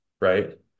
Right